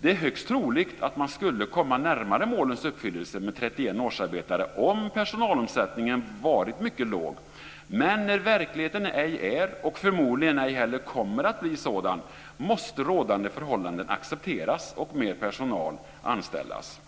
Det är högst troligt att man skulle komma närmare målens uppfyllelse med 31 årsarbetare om personalomsättningen varit mycket låg. Men då verkligheten ej är och förmodligen ej heller kommer att bli sådan måste rådande förhållanden accepteras och mer personal anställas.